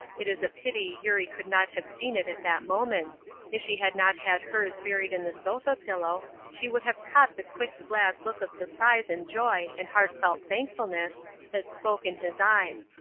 it is a pity eurie could not have seen it at that moment if she had not had hers buried in the sofa pillow she would have caught the quick glad look of surprise and joy and heartfelt thankfulness that spoke in his eyes.